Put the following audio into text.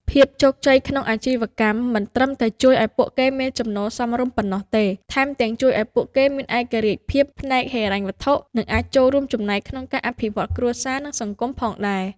ភាពជោគជ័យក្នុងអាជីវកម្មមិនត្រឹមតែជួយឱ្យពួកគេមានចំណូលសមរម្យប៉ុណ្ណោះទេ ថែមទាំងជួយឱ្យពួកគេមានឯករាជ្យភាពផ្នែកហិរញ្ញវត្ថុ និងអាចចូលរួមចំណែកក្នុងការអភិវឌ្ឍគ្រួសារ និងសង្គមផងដែរ។